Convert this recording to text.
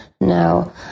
No